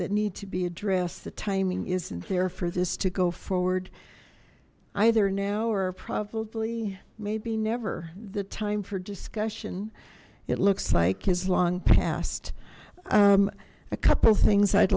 that need to be addressed the timing isn't there for this to go forward either now or probably maybe never the time for discussion it looks like his long passed a couple things i'd